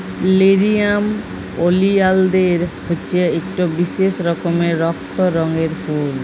লেরিয়াম ওলিয়ালদের হছে ইকট বিশেষ রকমের রক্ত রঙের ফুল